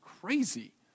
crazy